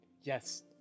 Yes